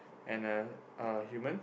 and a uh human